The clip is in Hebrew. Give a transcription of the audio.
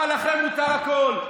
אבל לכם מותר הכול.